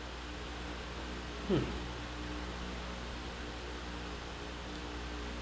mm